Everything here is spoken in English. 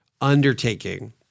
undertaking